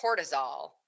cortisol